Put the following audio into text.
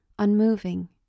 unmoving